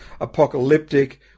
apocalyptic